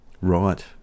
Right